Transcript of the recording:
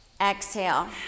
Exhale